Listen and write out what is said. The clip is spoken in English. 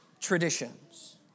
traditions